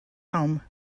home